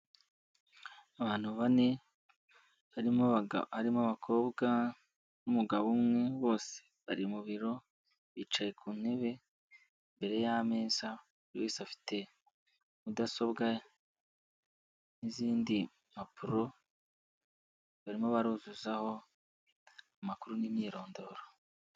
Abantu bane harimo arimo abakobwa n'umugabo umwe bose bari mu biro, bicaye ku ntebe imbere y'ameza, buri wese afite mudasobwa n'izindi mpapuro, barimo baruzuzaho amakuru n'imyirondoro.